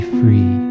free